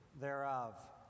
thereof